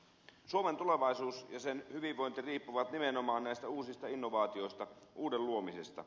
suomen tulevaisuus ja sen hyvinvointi riippuvat nimenomaan näistä uusista innovaatioista uuden luomisesta